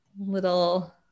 little